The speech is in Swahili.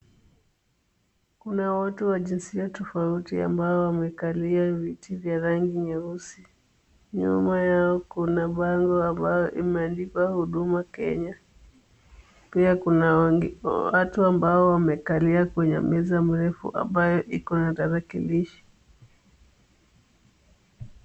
Kuna watu wa jinsia tofauti ambao wamekalia viti vya rangi nyeusi. Nyuma yao kuna bango ambayo imeandikwa Huduma Kenya, pia kuna watu ambao wamekalia kwenye meza mrefu ambayo iko na tarakilishi.